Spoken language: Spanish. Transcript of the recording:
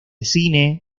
cine